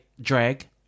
drag